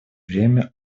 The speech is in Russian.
время